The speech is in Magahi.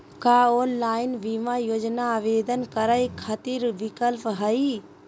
का ऑनलाइन बीमा योजना आवेदन करै खातिर विक्लप हई?